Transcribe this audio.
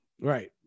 Right